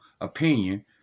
opinion